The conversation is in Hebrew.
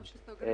גל,